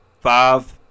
five